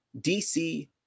DC